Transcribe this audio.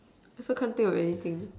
also can't think of anything